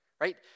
right